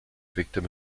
victim